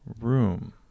room